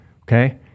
okay